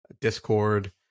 Discord